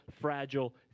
fragile